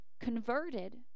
converted